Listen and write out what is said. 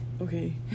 okay